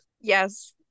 Yes